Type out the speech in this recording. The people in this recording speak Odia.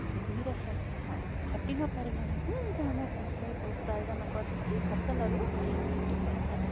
ଭୂମିର ସେ ହଁ ଖଟି ନପାରିଲେ ମଧ୍ୟ ଧାନ କେହି କେହି ଉତ୍ପାଦନ କରିକି ଫସଲରୁ କିଛି ପଇସା ପ